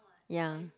ya